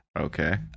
Okay